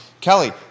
Kelly